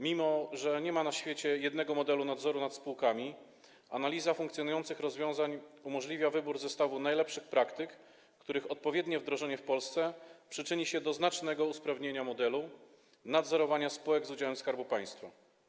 Mimo że nie ma na świecie jednego modelu nadzoru nad spółkami, analiza funkcjonujących rozwiązań umożliwia wybór zestawu najlepszych praktyk, których odpowiednie wdrożenie w Polsce przyczyni się do znacznego usprawnienia modelu nadzorowania spółek z udziałem Skarbu Państwa.